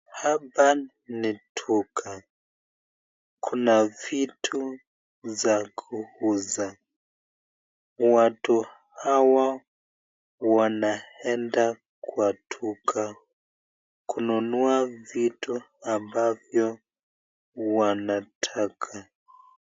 Hapa ni duka Kuna vitu za kuuza, watu hawa wanaenda Kwa duka kununua vitu ambavyo wanataka.